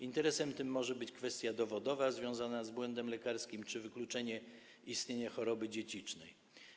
Interesem tym może być kwestia dowodowa związana z błędem lekarskim czy wykluczenie istnienia choroby dziedzicznej.